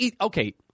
Okay